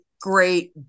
great